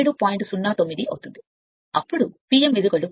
09 అవుతుంది అప్పుడు P m 17